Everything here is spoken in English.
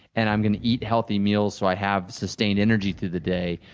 and i'm going to eat healthy meals so i have sustained energy through the day.